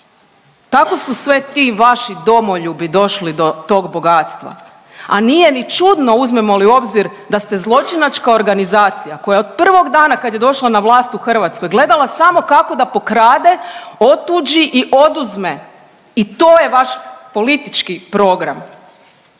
Tako su sve ti vaši domoljubi došli do tog bogatstva, a nije ni čudno uzmemo li u obzir da ste zločinačka organizacija koja je od prvog dana kad je došla na vlast u Hrvatskoj gledala samo kako da pokrade, otuđi i oduzme i to je vaš politički program.